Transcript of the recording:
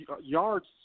yards